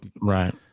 right